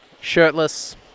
shirtless